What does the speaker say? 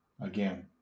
again